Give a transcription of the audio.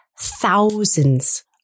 thousands